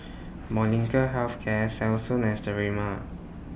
Molnylcke Health Care Selsun and Sterimar